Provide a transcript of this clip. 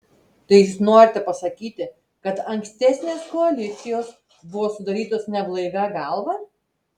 tai jūs norite pasakyti kad ankstesnės koalicijos buvo sudarytos neblaivia galva